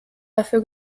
dafür